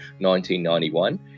1991